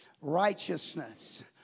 Righteousness